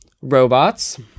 Robots